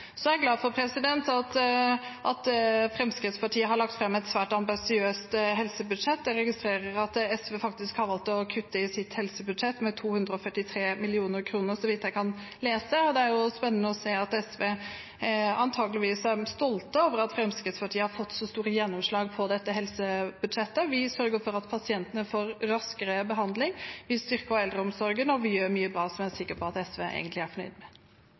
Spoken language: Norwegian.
Så er jeg glad for at Fremskrittspartiet har lagt fram et svært ambisiøst helsebudsjett. Jeg registrerer at SV faktisk har valgt å kutte i sitt helsebudsjett med 243 mill. kr, så vidt jeg kan lese. Det er jo spennende å se at SV antageligvis er stolt over at Fremskrittspartiet har fått så store gjennomslag i dette helsebudsjettet. Vi sørger for at pasientene får raskere behandling, vi styrker eldreomsorgen, og vi gjør mye bra som jeg er sikker på at SV egentlig er fornøyd med.